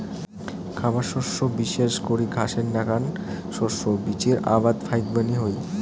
খাবার শস্য বিশেষ করি ঘাসের নাকান শস্য বীচির আবাদ ফাইকবানী হই